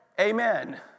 amen